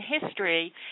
history